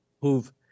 who've